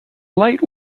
light